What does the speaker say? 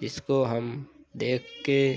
जिसको हम देखकर